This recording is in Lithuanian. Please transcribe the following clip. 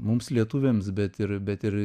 mums lietuviams bet ir bet ir